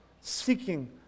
seeking